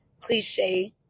cliche